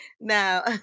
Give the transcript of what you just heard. now